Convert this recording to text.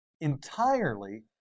entirely